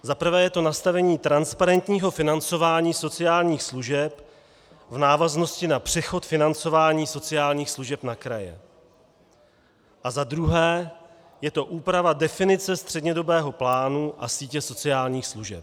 Za prvé je to nastavení transparentního financování sociálních služeb v návaznosti na přechod financování sociálních služeb na kraje a za druhé je to úprava definice střednědobého plánu a sítě sociálních služeb.